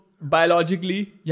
...biologically